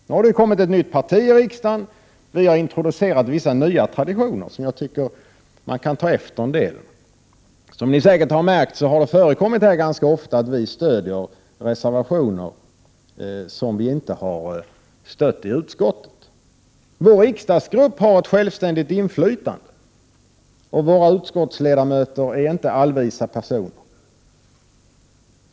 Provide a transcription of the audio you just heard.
Nu har det kommit in ett nytt parti i riksdagen. Vi introducerade vissa nya traditioner som jag tycker andra kan ta efter. Som ni säkert har märkt har det Prot. 1988/89:99 ganska ofta förekommit att vi stödjer reservationer som vi inte har stött i 19 april 1989 utskotten. Vår riksdagsgrupp har ett självständigt inflytande, och våra utskottsledamöter är inte allvisa personer.